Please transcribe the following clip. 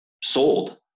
sold